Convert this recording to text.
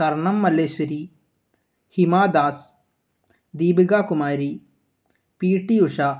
Karnam Malleswari Hima Das Deepika Kumari P T Usha